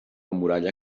muralla